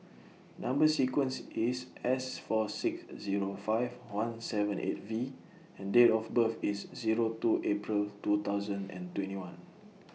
Number sequence IS S four six Zero five one seven eight V and Date of birth IS Zero two April two thousand and twenty one